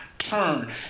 Turn